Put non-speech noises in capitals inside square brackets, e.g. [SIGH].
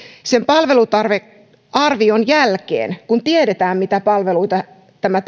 sen palvelutarvearvion jälkeen kun tiedetään mitä palveluita tämä [UNINTELLIGIBLE]